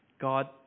God